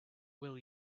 will